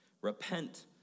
Repent